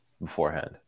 beforehand